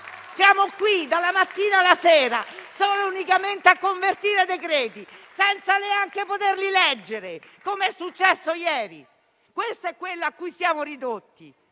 Siamo qui dalla mattina alla sera solo e unicamente a convertire decreti-legge, senza neanche poterli leggere, com'è successo ieri. Questo è quella a cui siamo ridotti.